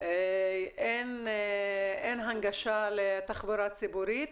אין הנגשה לתחבורה ציבורית.